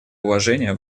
уважения